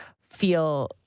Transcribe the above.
feel